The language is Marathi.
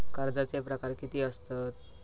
कर्जाचे प्रकार कीती असतत?